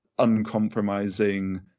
uncompromising